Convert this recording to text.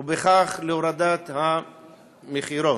וכך להורדת מחירן.